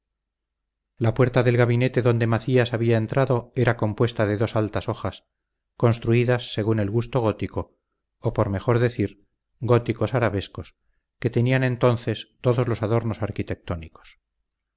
la puerta del gabinete donde macías había entrado era compuesta de dos altas hojas construidas según el gusto gótico o por mejor decir góticos arabescos que tenían entonces todos los adornos arquitectónicos